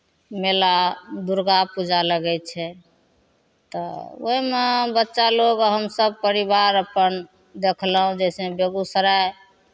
मेला दुर्गा पूजा लगै छै तऽ ओहिमे बच्चा लोक आ हमसभ परिवार अपन देखलहुँ जइसे बेगूसराय